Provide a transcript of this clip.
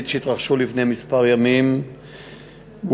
שהתרחשו לפני כמה ימים באום-אלקוטוף,